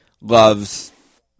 loves